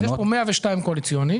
יש כאן 102 מיליון שקל תקציב קואליציוני,